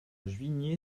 juigné